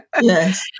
yes